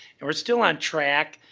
and we're still on track.